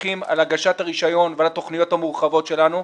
איך מפקחים על הגשת הרישיון ועל התכניות המורחבות שלנו.